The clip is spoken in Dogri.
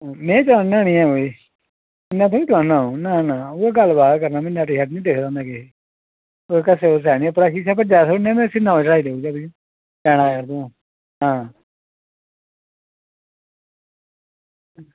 में चलाना निं ऐ भई इन्ना थोह्ड़े चलाना एह् गल्ल बात गै करना ते इंया दिक्खदा रौह्ना किश ते सिर्फ इसदा शीशा भज्जे दा में नमां चढ़ाई देई ओड़गा तुसें ई आं